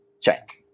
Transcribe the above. Check